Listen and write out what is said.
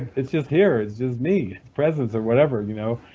it's just here, it's just me, presence or whatever, you know?